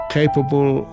capable